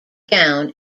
gown